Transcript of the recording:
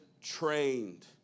trained